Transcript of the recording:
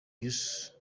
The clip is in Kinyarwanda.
youssou